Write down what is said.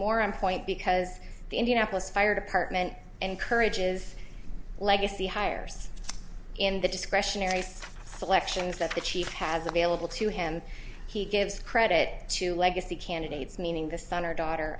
more on point because the indianapolis fire department encourages legacy hires in the discretionary collections that the chief has available to him he gives credit to legacy candidates meaning the son or daughter